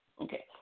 Okay